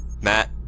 Matt